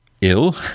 Ill